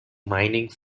mining